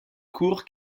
court